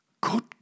Good